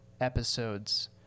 episodes